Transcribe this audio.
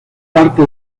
parte